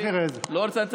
רק נראה את זה.